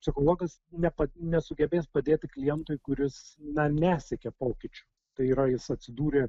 psichologas ne pat nesugebės padėti klientui kuris dar nesiekė pokyčių tai yra jis atsidūrė